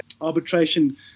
arbitration